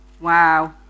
Wow